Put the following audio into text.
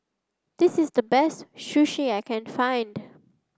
this is the best Sushi that I can find